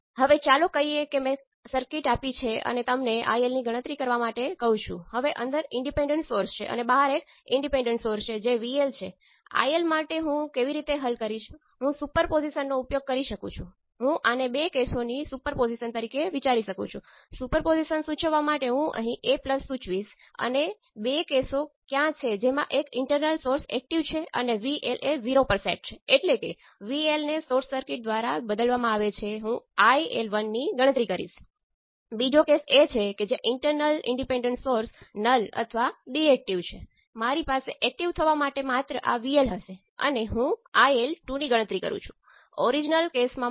હવે ચાલો કહીએ કે તમને નેટવર્ક આપવામાં આવે છે અને તમને Z પેરામિટર શોધવા માટે કહેવામાં આવે છે તમારે ચાર માપનની જરૂર છે